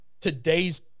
Today's